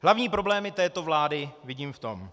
Hlavní problémy této vlády vidím v tom: